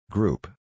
Group